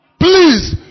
Please